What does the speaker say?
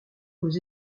aux